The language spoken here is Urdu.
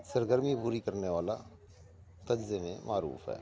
سرگرمی پوری کرنے والا تجزے میں معروف ہے